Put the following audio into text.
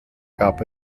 gab